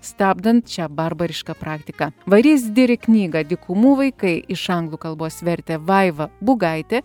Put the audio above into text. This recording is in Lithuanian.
stabdant šią barbarišką praktiką varys dirik knygą dykumų vaikai iš anglų kalbos vertė vaiva būgaitė